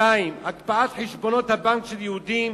2. הקפאת חשבונות הבנק של יהודים